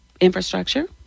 Infrastructure